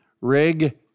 Rig